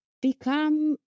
become